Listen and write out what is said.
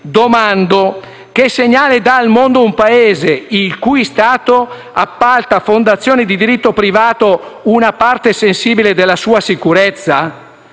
Domando: che segnale dà al mondo un Paese il cui Stato appalta a fondazioni di diritto privato una parte sensibile della sua sicurezza?